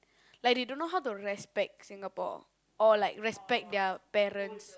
like they don't know how to respect Singapore or like respect their parents